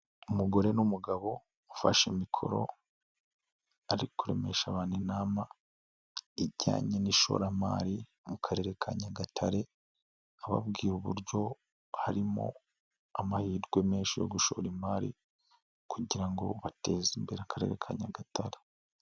Umugore n'umugabo ufashe mikoro ari kuremesha abantu inama ijyanye n'ishoramari mu karere ka Nyagatare, ababwira uburyo harimo amahirwe menshi yo gushora imari kugira ngo bateze imbere Akarere ka Nyagatare.